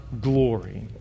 glory